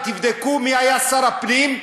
ותבדקו מי היה שר הפנים,